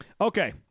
Okay